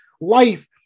life